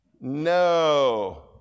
No